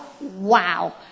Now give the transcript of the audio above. wow